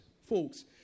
folks